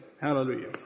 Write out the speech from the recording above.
Hallelujah